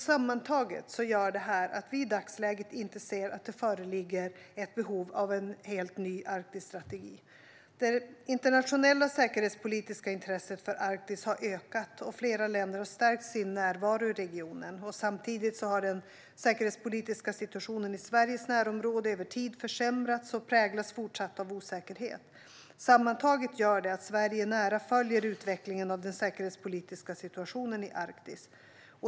Sammantaget gör detta att vi i dagsläget inte ser att det föreligger ett behov av en helt ny Arktisstrategi. Det internationella säkerhetspolitiska intresset för Arktis har ökat, och flera länder har stärkt sin närvaro i regionen. Samtidigt har den säkerhetspolitiska situationen i Sveriges närområde över tid försämrats och präglas fortsatt av osäkerhet. Sammantaget gör detta att Sverige nära följer utvecklingen av den säkerhetspolitiska situationen i Arktis.